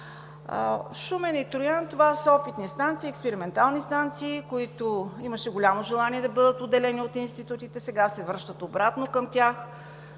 Шумен и Троян, това са опитни станции, експериментални станции, които имаше голямо желание да бъдат отделени от институтите, сега се връщат обратно към тях.